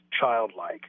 childlike